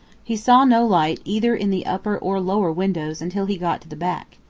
he saw no light either in the upper or lower windows until he got to the back.